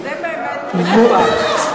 כי זה באמת מטופש.